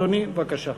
אדוני, בבקשה.